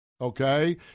okay